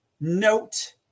Note